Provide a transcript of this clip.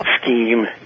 scheme